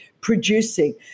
producing